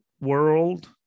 world